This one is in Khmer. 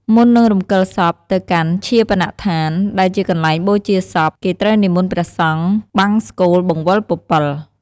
មុននឹងរំកិលសពទៅកាន់ឈាបនដ្ឋាន ដែលជាកន្លែងបូជាសព គេត្រូវនិមន្តព្រះសង្ឃ បង្សកូលបង្វិលពពិល។